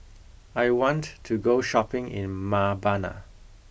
I want to go shopping in Mbabana